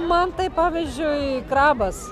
man tai pavyzdžiui krabas